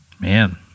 man